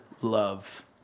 love